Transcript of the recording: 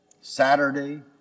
Saturday